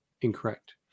incorrect